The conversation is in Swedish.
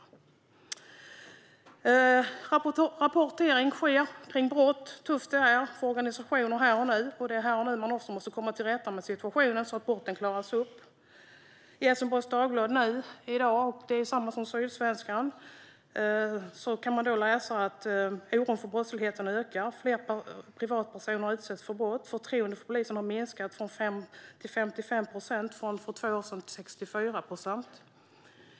Rapportering sker kring brott och hur tufft det är för organisationer här och nu. Det är här och nu som man måste komma till rätta med situationen så att brotten klaras upp. I såväl dagens Helsingborgs Dagblad som Sydsvenskan kan man läsa att oron för brottsligheten ökar, att fler privatpersoner utsätts för brott och att förtroendet för polisen har minskat till 55 procent från 64 procent för två år sedan.